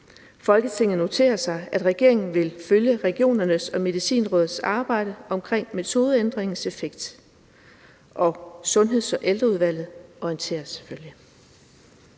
Folketinget noterer sig, at regeringen vil følge regionernes og Medicinrådets arbejde omkring metodeændringens effekt. Sundheds- og Ældreudvalget orienteres.« (Forslag